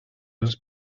els